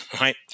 right